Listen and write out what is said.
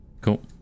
Cool